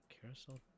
carousel